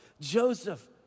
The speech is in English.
Joseph